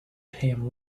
him